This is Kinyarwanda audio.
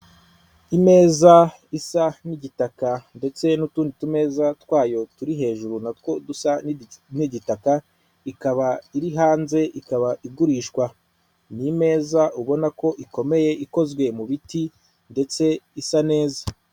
Imeza isa n'igitaka ndetse n'utundi tumeza twayo turi hejuru natwo dusa n'igitaka ikaba iri hanze ikaba igurishwa n'imeza ubona ko ikomeye ikozwe mu biti ndetse isa neza.